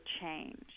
change